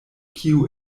kiu